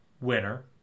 winner